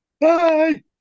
Bye